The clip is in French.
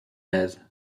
aise